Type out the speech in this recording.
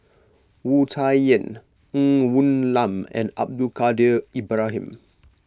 Wu Tsai Yen Ng Woon Lam and Abdul Kadir Ibrahim